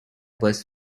was